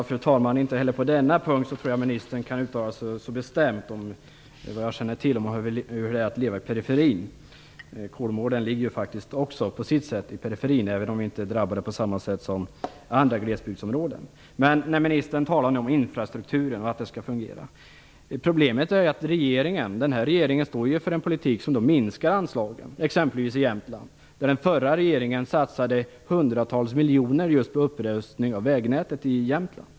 Fru talman! Inte heller på denna punkt tror jag att ministern kan uttala sig så bestämt om vad jag känner till om hur det är leva i periferin. Kolmården ligger faktiskt också på sitt sätt i periferin - även om vi där inte är drabbade på samma sätt som andra glesbygdsområden. Ministern talar nu om att infrastrukturen skall fungera. Problemet är att den här regeringen står för en politik som minskar anslagen, exempelvis i Jämtland. Den förra regeringen satsade hundratals miljoner just på upprustning av vägnätet i Jämtland.